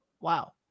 Wow